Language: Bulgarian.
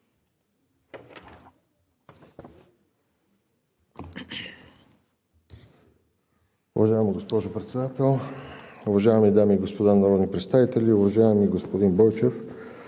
Уважаема госпожо Председател, уважаеми дами и господа народни представители! Уважаеми господин Бойчев,